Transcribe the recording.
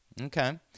Okay